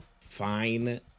fine